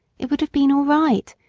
it would have been all right,